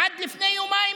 עד לפני יומיים-שלושה,